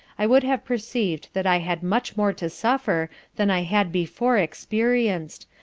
i should have perceiv'd that i had much more to suffer than i had before experienc'd,